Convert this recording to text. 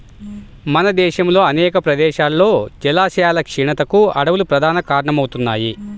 మన దేశంలో అనేక ప్రదేశాల్లో జలాశయాల క్షీణతకు అడవులు ప్రధాన కారణమవుతున్నాయి